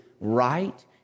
right